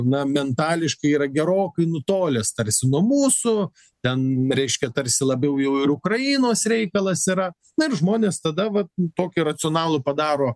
na mentališkai yra gerokai nutolęs tarsi nuo mūsų ten reiškė tarsi labiau jau ir ukrainos reikalas yra na ir žmonės tada va tokį racionalų padaro